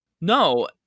No